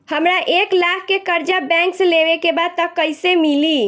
हमरा एक लाख के कर्जा बैंक से लेवे के बा त कईसे मिली?